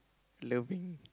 loving